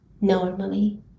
normally